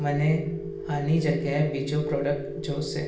મને આની જગ્યાએ બીજું પ્રોડક્ટ જોઇશે